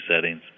settings